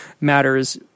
matters